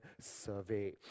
Survey